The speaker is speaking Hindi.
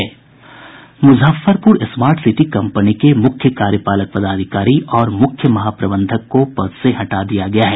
मुजफ्फरपुर स्मार्ट सिटी कम्पनी के मुख्य कार्यपालक पदाधिकारी और मुख्य महाप्रबंधक को पद से हटा दिया गया है